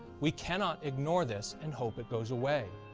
we cannot ignore this and hope it goes away.